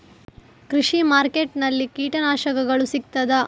ಕೃಷಿಮಾರ್ಕೆಟ್ ನಲ್ಲಿ ಕೀಟನಾಶಕಗಳು ಸಿಗ್ತದಾ?